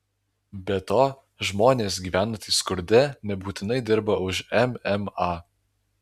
be to žmonės gyvenantys skurde nebūtinai dirba už mma